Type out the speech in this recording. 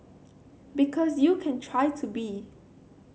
because you can try to be